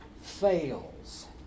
fails